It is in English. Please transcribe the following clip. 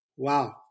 Wow